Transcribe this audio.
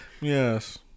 Yes